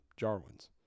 Jarwins